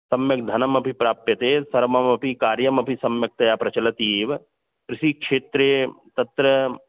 सम्यक् धनमपि प्राप्यते सर्वमपि कार्यमपि सम्यक्तया प्रचलति एव कृषिक्षेत्रे तत्र